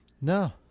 No